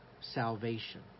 salvation